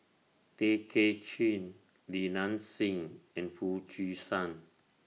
Tay Kay Chin Li Nanxing and Foo Chee San